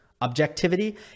Objectivity